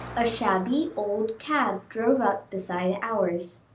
a shabby old cab drove up beside ours.